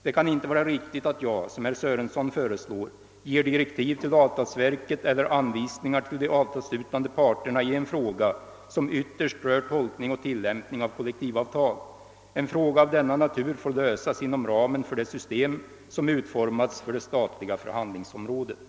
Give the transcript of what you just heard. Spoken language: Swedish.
Det kan inte vara riktigt att jag, som herr Sörenson föreslår, ger direktiv till avtalsverket eller anvisningar till de avtalsslutande parterna i en fråga som ytterst rör tolkning och tillämpning av kollektivavtal. En fråga av denna natur får lösas inom ramen för det system som utformats för det statliga förhandlingsområdet.